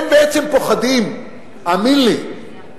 הם בעצם פוחדים, האמן לי,